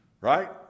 right